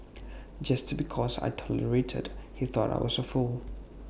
just because I tolerated he thought I was A fool